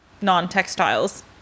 non-textiles